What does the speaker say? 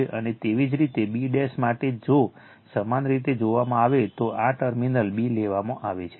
અને તેવી જ રીતે b માટે જો સમાન રીતે જોવામાં આવે તો આ ટર્મિનલ b લેવામાં આવે છે